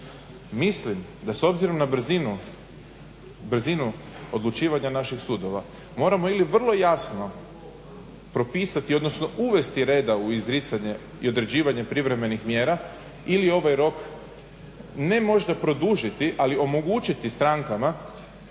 Mislimo da s obzirom na brzinu odlučivanja naših sudova moramo ili vrlo jasno propisati odnosno uvesti reda u izricanje i određivanje privremenih mjera ili ovaj rok ne možda produžiti ali omogućiti strankama